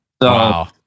Wow